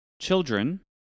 children